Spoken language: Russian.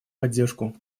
поддержку